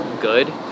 good